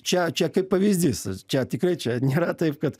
čia čia kaip pavyzdys čia tikrai čia nėra taip kad